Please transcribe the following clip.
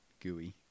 gooey